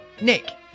Nick